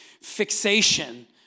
fixation